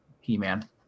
He-Man